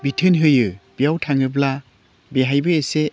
बिथोन होयो बेयाव थाङोब्ला बेहायबो एसे